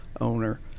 owner